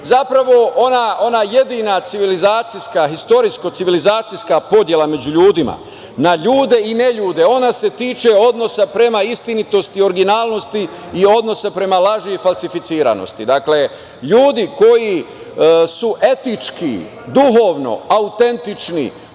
Zapravo, ona jedina istorijsko-civilizacijska podela među ljudima na ljude i neljude ona se tiče odnosa prema istinitosti i originalnosti i odnosa prema laži i falsifikovanosti. Dakle, ljudi koji su etički, duhovno autentični,